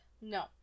No